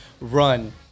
run